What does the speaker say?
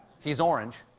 he's orange,